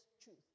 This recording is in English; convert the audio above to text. truth